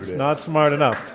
not smart enough.